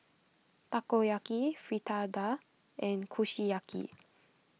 Takoyaki Fritada and Kushiyaki